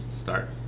start